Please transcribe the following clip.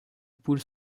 poules